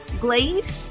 Glade